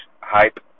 hype